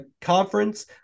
conference